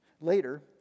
later